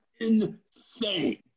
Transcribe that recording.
insane